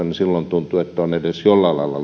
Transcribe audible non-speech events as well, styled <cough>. <unintelligible> niin silloin tuntuu että on edes jollain lailla <unintelligible>